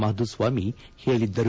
ಮಾಧುಸ್ವಾಮಿ ಹೇಳಿದ್ದರು